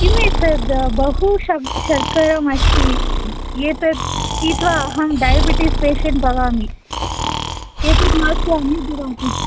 किम् एतद्बहु शर्कराम् अस्ति एतत् पीत्वा अहम् डायबिटीज़् पेशेण्ट् भवामि एतत् नास्ति